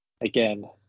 Again